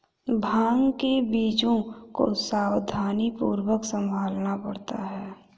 भांग के बीजों को सावधानीपूर्वक संभालना पड़ता है